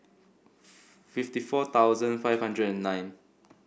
fifty four thousand five hundred and nine